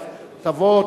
תבוא,